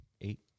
eight